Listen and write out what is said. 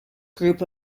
group